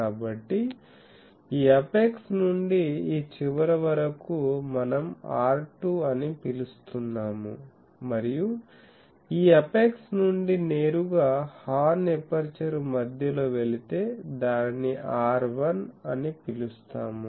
కాబట్టి ఈ అపెక్స్ నుండి ఈ చివర వరకు మనం R2 అని పిలుస్తున్నాము మరియు ఈ అపెక్స్ నుండి నేరుగా హార్న్ ఎపర్చరు మధ్యలో వెళితే దానిని R1 అని పిలుస్తాము